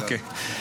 אוקיי.